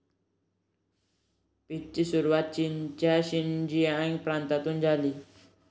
पीचची सुरुवात चीनच्या शिनजियांग प्रांतातून झाली